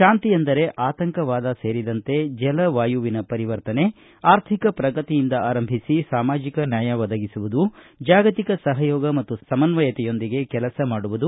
ಶಾಂತಿ ಎಂದರೆ ಆತಂಕವಾದ ಸೇರಿದಂತೆ ಜಲ ವಾಯುವಿನ ಪರಿವರ್ತನೆ ಆರ್ಥಿಕ ಪ್ರಗತಿಯಿಂದ ಆರಂಭಿಸಿ ಸಾಮಾಜಿಕ ನ್ಯಾಯ ಒದಗಿಸುವುದು ಜಾಗತಿಕ ಸಹಯೋಗ ಮತ್ತು ಸಮಸ್ವಯತೆಯೊಂದಿಗೆ ಕೆಲಸ ಮಾಡುವದು